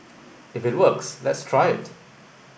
if it works let's try it